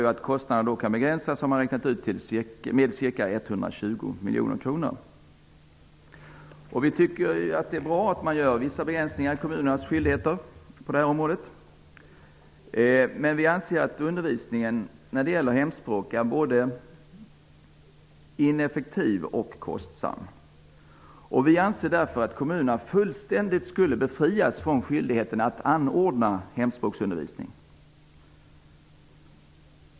Man har räknat ut att det gör att kostnaderna kan begränsas med ca 120 Vi tycker att det är bra att man gör vissa begränsningar i kommunernas skyldigheter på detta område, men vi anser att hemspråksundervisningen är både ineffektiv och kostsam. Vi anser därför att kommunerna fullständigt skulle befrias från skyldigheterna att anordna hemspråksundervisning.